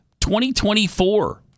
2024